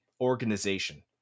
organization